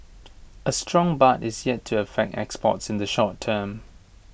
A strong baht is yet to affect exports in the short term